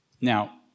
Now